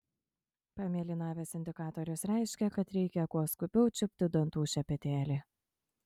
pamėlynavęs indikatorius reiškia kad reikia kuo skubiau čiupti dantų šepetėlį